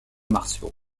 martiaux